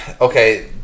Okay